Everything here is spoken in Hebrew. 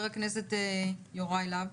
בבקשה, חבר הכנסת יוראי להב.